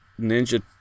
Ninja